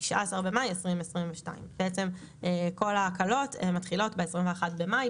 (19 במאי 2022). בעצם כל ההקלות מתחילות ב- 21 במאי,